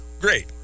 Great